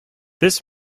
this